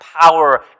power